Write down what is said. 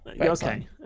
Okay